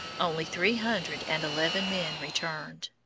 only three hundred and eleven men returned.